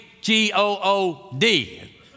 G-O-O-D